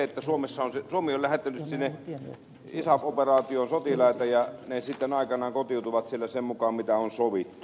ensinnäkin suomi on lähettänyt sinne isaf operaatioon sotilaita ja he sitten aikanaan kotiutuvat sieltä sen mukaan mitä on sovittu